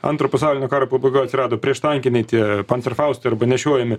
antro pasaulinio karo pabaigoje atsirado prieštankiniai tie paserfaustai arba nešiojami